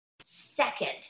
second